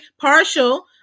Partial